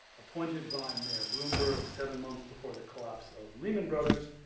appointed by mayor bloomberg seven months before the collapse of lehman bros,